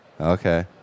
Okay